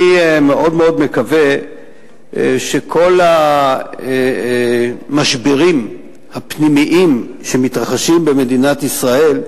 אני מאוד מאוד מקווה שכל המשברים הפנימיים שמתרחשים במדינת ישראל,